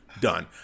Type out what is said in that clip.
Done